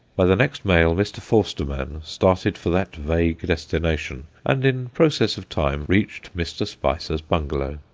by the next mail mr. forstermann started for that vague destination, and in process of time reached mr. spicer's bungalow.